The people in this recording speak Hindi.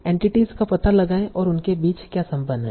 एंटिटीस का पता लगाएं और उनके बीच क्या संबंध हैं